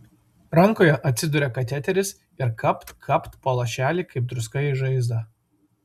rankoje atsiduria kateteris ir kapt kapt po lašelį kaip druska į žaizdą